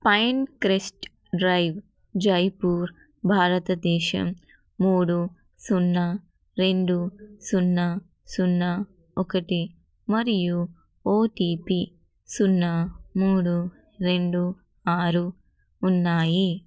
Pinecrest drive Jaipur భారతదేశం మూడు సున్నా రెండు సున్నా సున్నా ఒకటి మరియు ఓటీపి సున్నా మూడు రెండు ఆరు ఉన్నాయి